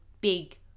big